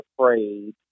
afraid